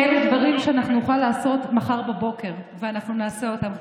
אלה דברים שנוכל לעשות מחר בבוקר ואנחנו נעשה אותם.